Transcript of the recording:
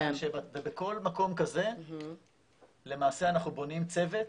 בכל מקום כזה למעשה אנחנו בונים צוות